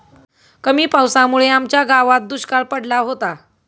कमी पावसामुळे आमच्या गावात दुष्काळ पडला होता